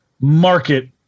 market